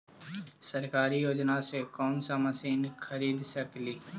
सरकारी योजना से कोन सा मशीन खरीद सकेली?